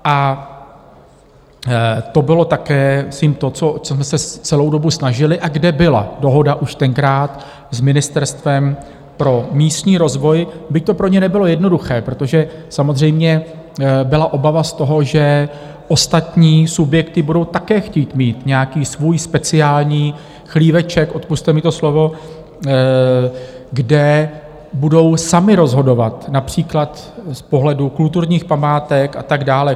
A to bylo také myslím to, o co jsme se celou dobu snažili a kde byla dohoda už tenkrát s Ministerstvem pro místní rozvoj, byť to pro ně nebylo jednoduché, protože samozřejmě byla obava z toho, že ostatní subjekty budou také chtít mít nějaký svůj speciální chlíveček odpusťte mi to slovo kde budou samy rozhodovat, například z pohledu kulturních památek a tak dále.